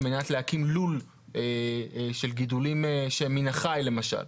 מנת להקים לול של גידולים שהם מן החי למשל,